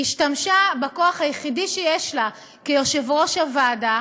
היא השתמשה בכוח היחיד שיש לה כיושבת-ראש הוועדה,